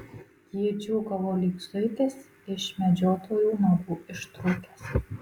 ji džiūgavo lyg zuikis iš medžiotojų nagų ištrūkęs